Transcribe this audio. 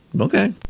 Okay